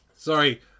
Sorry